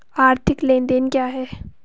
आर्थिक लेनदेन क्या है?